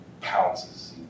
pounces